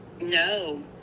No